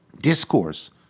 discourse